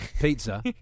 Pizza